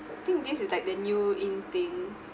I think this is like the new in thing